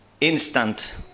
instant